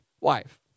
wife